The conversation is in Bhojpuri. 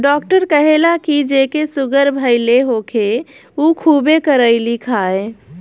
डॉक्टर कहेला की जेके सुगर भईल होखे उ खुबे करइली खाए